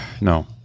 no